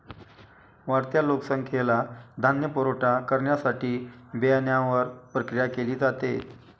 वाढत्या लोकसंख्येला धान्य पुरवठा करण्यासाठी बियाण्यांवर प्रक्रिया केली जाते